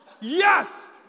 Yes